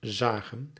zagen